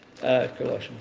Colossians